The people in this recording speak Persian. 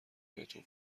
بهتون